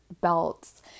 belts